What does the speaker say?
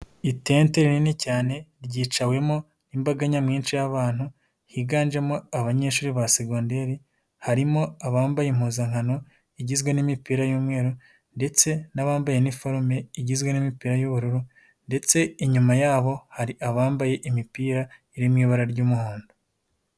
Itente rinini cyane ryicawemo n'imbaga nyamwinshi y'abantu higanjemo abanyeshuri ba segonderi, harimo abambaye impuzankano igizwe n'imipira y'umweru, ndetse n'abambaye iniforome igizwe n'imipira y'ubururu ndetse inyuma yabo hari abambaye imipira iririmo ibara ry'umuhondo.